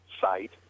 site